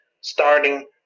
starting